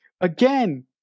Again